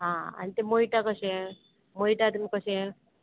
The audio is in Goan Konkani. हय आनी ते मयटा कशे मयटा तुमी कशे